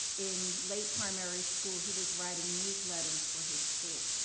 in late primary school he was writing newsletters for his school.